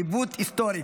משה טור פז.